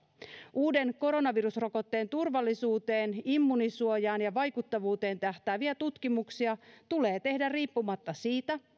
uuden koronavirusrokotteen turvallisuuteen immuunisuojaan ja vaikuttavuuteen tähtääviä tutkimuksia tulee tehdä riippumatta siitä